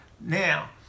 Now